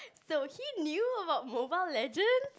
so he knew about Mobile Legend